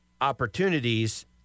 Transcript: opportunities